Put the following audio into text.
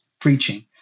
preaching